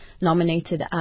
Nominated